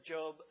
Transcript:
Job